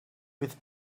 with